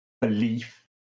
Belief